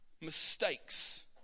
mistakes